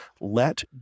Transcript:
let